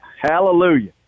hallelujah